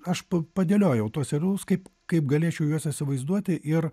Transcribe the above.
aš pa padėliojau tuos serialus kaip kaip galėčiau juos įsivaizduoti ir